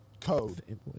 code